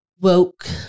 woke